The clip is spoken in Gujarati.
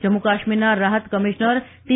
જમ્મુ કાશ્મીરના રાહત કમિશ્નર ટી